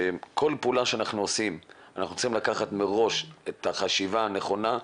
שכל פעולה שאנחנו עושים אנחנו צריכים לקחת מראש את החשיבה הנכונה,